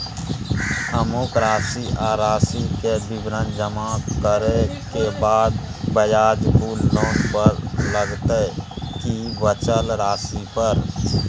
अमुक राशि आ राशि के विवरण जमा करै के बाद ब्याज कुल लोन पर लगतै की बचल राशि पर?